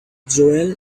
joel